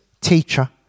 teacher